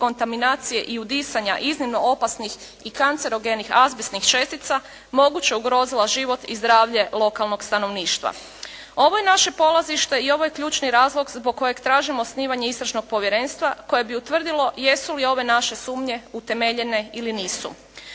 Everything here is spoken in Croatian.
kontaminacije i udisanja iznimno opasnih i kancerogenih azbestnih čestica moguće ugrozila život i zdravlje lokalnog stanovništva. Ovo je naše polazište i ovo je ključni razlog zbog kojeg tražimo osnivanje istražnog povjerenstva koje bi utvrdilo jesu li ove naše sumnje utemeljene ili nisu.